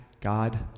God